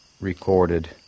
recorded